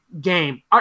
game